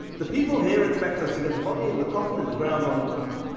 the people here expect us to get the body in the coffin in the ground on time.